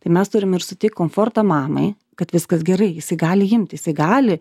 tai mes turim ir suteikt komfortą mamai kad viskas gerai jisai gali imti jisai gali